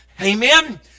Amen